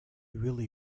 really